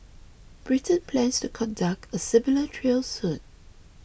Britain plans to conduct a similar trial soon